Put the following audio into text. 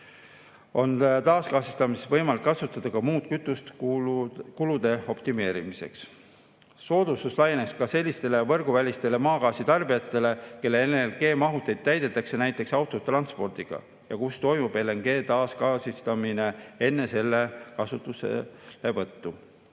on taasgaasistamiseks võimalik kasutada muud kütust kulude optimeerimiseks. Soodustus laieneks ka sellistele võrguvälistele maagaasitarbijatele, kelle LNG‑mahuteid täidetakse näiteks autotranspordi abil ja kus toimub LNG taasgaasistamine enne selle kasutuselevõttu.